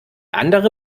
andere